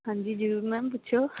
ਹਾਂਜੀ ਜ਼ਰੂਰ ਮੈਮ ਪੁੱਛੋ